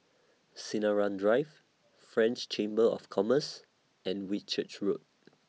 Sinaran Drive French Chamber of Commerce and Whitchurch Road